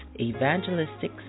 Evangelistic